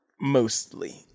mostly